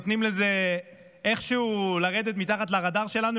נותנים לזה איכשהו לעבור מתחת לרדאר שלנו,